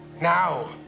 Now